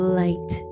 light